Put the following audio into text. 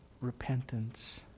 Repentance